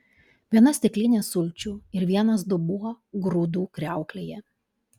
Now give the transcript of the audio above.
viena stiklinė sulčių ir vienas dubuo grūdų kriauklėje